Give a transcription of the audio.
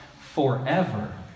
forever